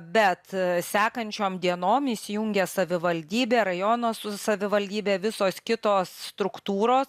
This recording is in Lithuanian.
bet sekančiom dienom įsijungė savivaldybė rajono savivaldybė visos kitos struktūros